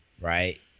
Right